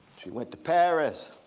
she went to paris.